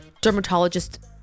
dermatologist